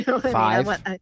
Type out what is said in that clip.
Five